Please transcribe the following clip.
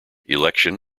election